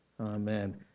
Amen